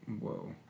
Whoa